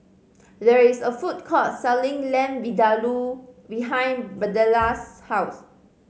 there is a food court selling Lamb Vindaloo behind Birdella's house